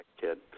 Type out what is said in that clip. kid